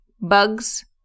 Bugs